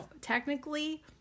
technically